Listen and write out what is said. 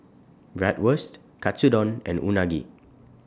Bratwurst Katsudon and Unagi